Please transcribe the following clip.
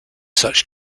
such